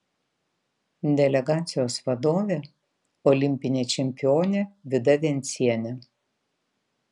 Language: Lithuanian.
delegacijos vadovė olimpinė čempionė vida vencienė